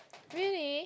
really